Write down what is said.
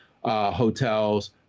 hotels